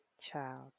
child